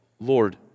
Lord